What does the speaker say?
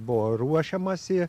buvo ruošiamasi